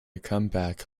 comeback